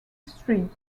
street